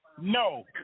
No